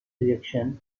reactions